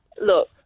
Look